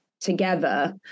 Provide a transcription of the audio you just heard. together